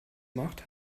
macht